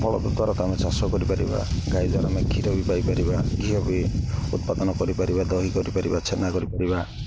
ବଳଦ ଦ୍ୱାରା ଧାନ ଚାଷ କରିପାରିବା ଗାଈ ଦ୍ୱାରା ଆମେ କ୍ଷୀର ବି ପାଇପାରିବା ଘିଅ ବି ଉତ୍ପାଦନ କରିପାରିବା ଦହି କରିପାରିବା ଛେନା କରିପାରିବା